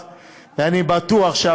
אני הולך לעשות את זה.